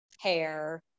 hair